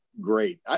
great